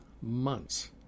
months